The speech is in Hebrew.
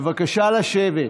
בבקשה לשבת.